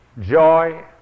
joy